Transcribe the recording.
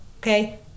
okay